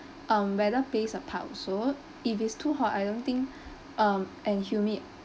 um weather plays a part also if it's too hot I don't think um and humid